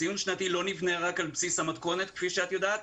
ציון שנתי לא נבנה רק על בסיס המתכונת כפי שאת יודעת,